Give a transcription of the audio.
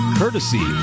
courtesy